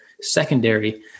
secondary